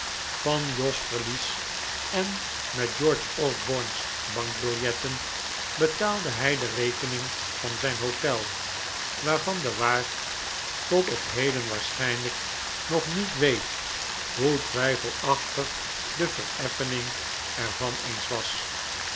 van jos verlies en met george osborne's bankbiljetten betaalde hij de rekening van zijn hotel waarvan de waard tot op heden waarschijnlijk nog niet weet hoe twijfelachtig de vereffening er van eens was